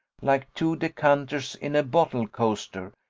like two decanters in a bottle-coaster,